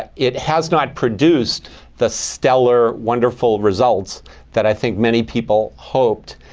it has not produced the stellar, wonderful results that i think many people hoped.